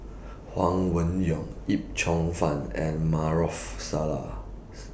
Huang Wenhong Yip Cheong Fun and Maarof Salleh's